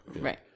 Right